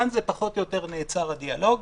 כאן פחות או יותר נעצר הדיאלוג,